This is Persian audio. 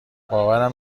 باورم